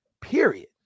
period